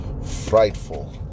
frightful